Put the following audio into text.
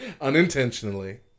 Unintentionally